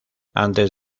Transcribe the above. antes